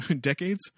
decades